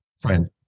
friend